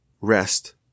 rest